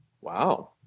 Wow